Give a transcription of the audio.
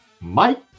Mike